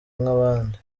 nk’abandi